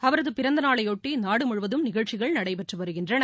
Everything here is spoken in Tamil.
அவரதுபிறந்தநாளையொட்டிநாடுமுழுவதும் நிகழ்ச்சிகள் நடைபெற்றுவருகின்றன